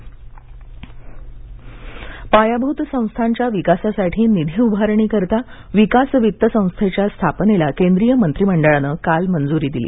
मंत्रिमंडळ निर्णय पायाभूत संस्थांच्या विकासासाठी निधी उभारणीकरता विकास वित्त संस्थेच्या स्थापनेला केंद्रीय मंत्रीमंडळानं काल मंजुरी दिली